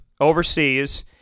overseas